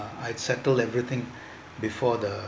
uh I settled everything before the